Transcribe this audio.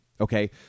Okay